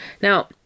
Now